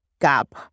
gap